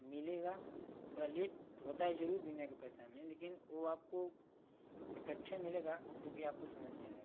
मिलेगा थोड़ा लेट होता है जरूर बीमा के पैसा में लेकिन वो आपको इकट्ठे मिलेगा जो कि आपको समझ में आएगा